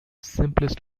simplest